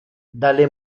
dalle